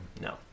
No